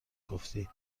گفتی